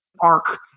arc